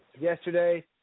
Yesterday